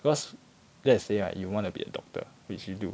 cause let's say right you want to be a doctor which you do